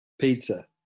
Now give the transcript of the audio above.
Pizza